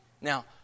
Now